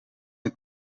het